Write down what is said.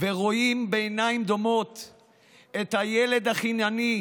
ורואים בעיניים דומעות את הילד החינני,